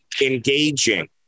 engaging